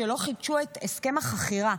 שלא חידשו את הסכם החכירה.